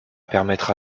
permettre